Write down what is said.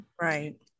Right